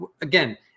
again